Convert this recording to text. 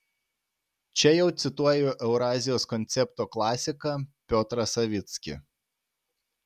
čia jau cituoju eurazijos koncepto klasiką piotrą savickį